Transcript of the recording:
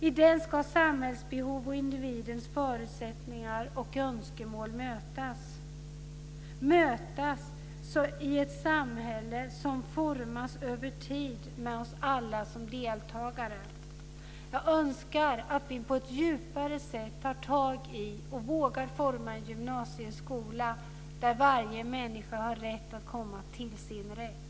I den ska samhällsbehov och individens förutsättningar och önskemål mötas. De ska mötas i ett samhälle som formas över tid med oss alla som deltagare. Jag önskar att vi på ett djupare sätt tar tag i och vågar forma en gymnasieskola där varje människa kan komma till sin rätt.